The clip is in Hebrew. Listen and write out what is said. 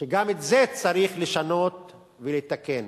שגם את זה צריך לשנות ולתקן.